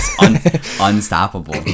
Unstoppable